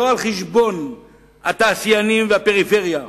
לא על חשבון התעשיינים והפריפריה.